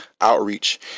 outreach